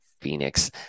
Phoenix